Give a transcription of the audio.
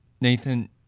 Nathan